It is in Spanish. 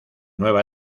nueva